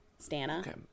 Stana